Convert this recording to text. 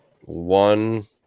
one